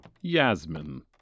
Yasmin